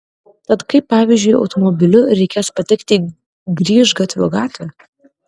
tad kaip pavyzdžiui automobiliu reikės patekti į grįžgatvio gatvę